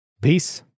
Peace